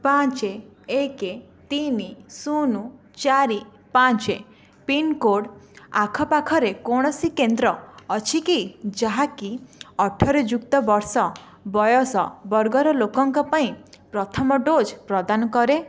ପାଞ୍ଚ ଏକ ତିନି ଶୂନ ଚାରି ପାଞ୍ଚ ପିନ୍କୋଡ଼୍ ଆଖପାଖରେ କୌଣସି କେନ୍ଦ୍ର ଅଛି କି ଯାହାକି ଅଠର ଯୁକ୍ତ ବର୍ଷ ବୟସ ବର୍ଗର ଲୋକଙ୍କ ପାଇଁ ପ୍ରଥମ ଡୋଜ୍ ପ୍ରଦାନ କରେ